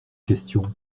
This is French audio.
question